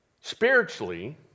spiritually